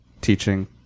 teaching